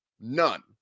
None